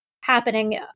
happening